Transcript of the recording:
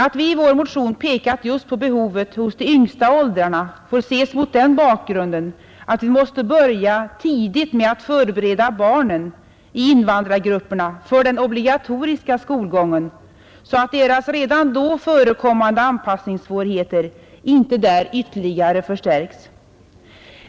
Att vi i vår motion pekat just på behovet hos de yngsta åldrarna, får ses mot den bakgrunden att man måste börja tidigt med att förbereda barnen i invandrargrupperna för den obligatoriska skolgången, så att deras redan då förekommande anpassningssvårigheter inte där ytterligare förstärks.